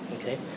Okay